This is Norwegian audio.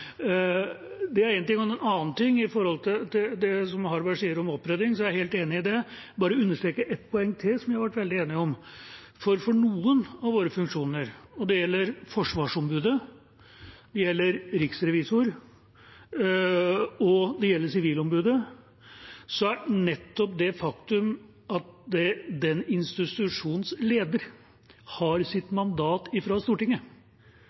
Det er én ting. En annen ting gjelder det Harberg sier om oppnevning, og jeg er helt enig i det, men jeg vil bare understreke ett poeng til som vi har vært veldig enige om: For noen av våre funksjoner, og det gjelder forsvarsombudet, riksrevisor og sivilombudet, er nettopp det faktum at den institusjonens leder har sitt mandat fra Stortinget